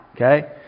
okay